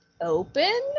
open